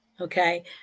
Okay